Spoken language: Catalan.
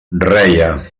reia